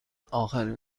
آخرین